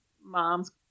mom's